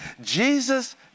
Jesus